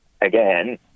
again